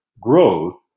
growth